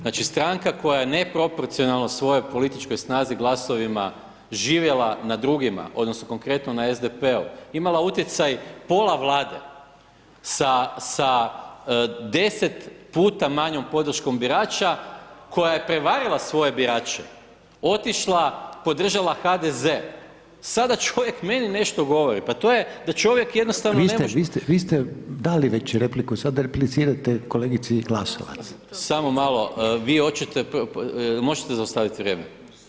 Znači stranka koja je neproporcionalna svojom političkoj snazi glasovima živjela na drugima odnosno konkretno na SDP-u, imala utjecaj pola Vlade sa 10 puta manjom podrškom birača, koja je prevarila svoje birače, otišla, podržala HDZ, sada čovjek meni nešto govori, pa to je da čovjek jednostavno ne može [[Upadica Reiner: Vi ste dali već repliku, sad replicirate kolegici Glasovac.]] Samo malo, vi hoćete, možete zaustaviti vrijeme?